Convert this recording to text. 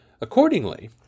Accordingly